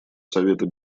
совета